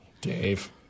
Dave